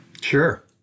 Sure